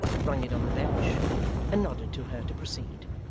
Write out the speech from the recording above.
rung it on the bench and nodded to her to proceed.